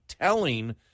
telling